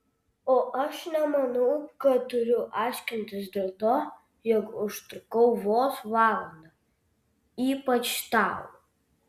o aš nemanau kad turiu aiškintis dėl to jog užtrukau vos valandą ypač tau